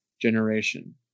generation